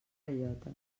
bellota